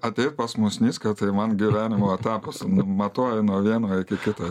ateit pas musnicką tai man gyvenimo etapas matuoju nuo vieno iki kito